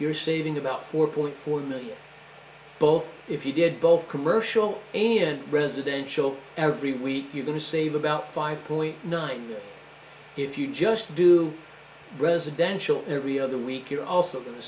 you're saving about four point four million both if you did both commercial and residential every week you're going to save them at five point nine if you just do residential every other week you also